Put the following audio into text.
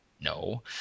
No